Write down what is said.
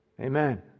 Amen